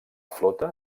flota